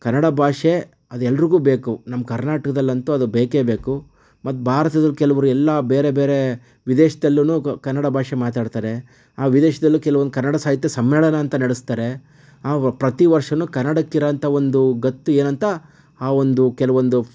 ಕನ್ನಡ ಭಾಷೆ ಅದೆಲ್ರಿಗೂ ಬೇಕು ನಮ್ಮ ಕರ್ನಾಟಕ್ದಲ್ಲಂತೂ ಅದು ಬೇಕೇ ಬೇಕು ಮತ್ತು ಭಾರತದಲ್ಲಿ ಕೆಲವ್ರು ಎಲ್ಲ ಬೇರೆ ಬೇರೆ ವಿದೇಶ್ದಲ್ಲೂ ಗು ಕನ್ನಡ ಭಾಷೆ ಮಾತಾಡ್ತಾರೆ ವಿದೇಶದಲ್ಲೂ ಕೆಲವೊಂದು ಕನ್ನಡ ಸಾಹಿತ್ಯ ಸಮ್ಮೇಳನ ಅಂತ ನಡೆಸ್ತಾರೆ ವ್ ಪ್ರತಿವರ್ಷನೂ ಕನ್ನಡಕ್ಕಿರೋಂಥ ಒಂದು ಗತ್ತು ಏನಂತ ಆ ಒಂದು ಕೆಲವೊಂದು